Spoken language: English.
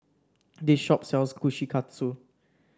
this shop sells Kushikatsu